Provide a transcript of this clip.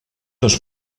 dos